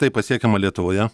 tai pasiekiama lietuvoje